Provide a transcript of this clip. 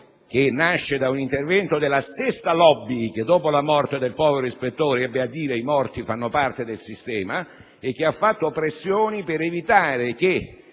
nasce da un intervento della stessa *lobby* che dopo la morte del povero ispettore ebbe a dire che i morti fanno parte del sistema e che ha fatto pressioni per evitare che